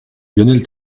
lionel